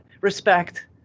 respect